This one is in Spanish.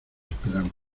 esperamos